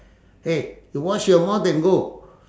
eh you wash your mouth and go